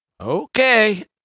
Okay